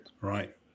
Right